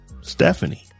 stephanie